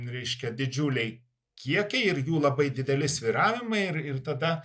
reiškia didžiuliai kiekiai ir jų labai dideli svyravimai ir ir tada